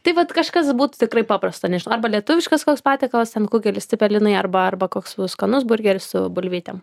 tai vat kažkas būtų tikrai paprasto nežinau arba lietuviškas koks patiekalas ten kugelis cepelinai arba arba koks skanus burgeris su bulvytėm